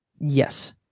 Yes